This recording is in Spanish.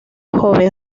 joven